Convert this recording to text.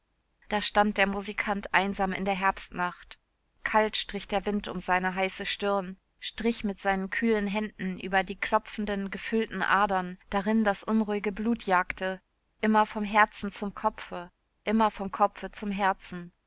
da stand der musikant einsam in der herbstnacht kalt strich der wind um seine heiße stirn strich mit seinen kühlen händen über die klopfenden gefüllten adern darin das unruhige blut jagte immer vom herzen zum kopfe immer vom kopfe zum herzen